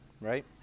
right